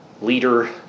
leader